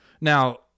Now